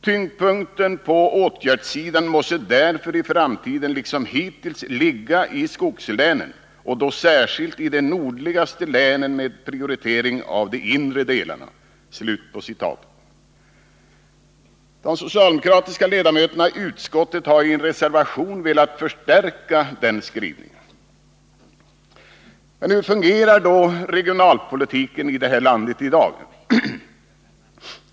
Tyngdpunkten på åtgärdssidan måste därför i framtiden liksom hittills ligga i skogslänen och då särskilt i de nordligaste länen med prioritering av de inre delarna.” De socialdemokratiska ledamöterna i utskottet har i en reservation velat förstärka den skrivningen. Hur fungerar då regionalpolitiken i det här landet i dag?